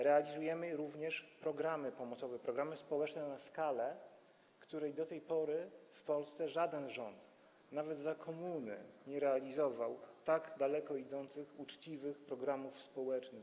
Realizujemy również programy pomocowe, programy społeczne na taką skalę, na jaką do tej pory w Polsce żaden rząd, nawet za komuny, nie realizował tak daleko idących, uczciwych programów społecznych.